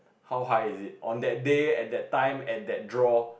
how high is it on that day at that time at that draw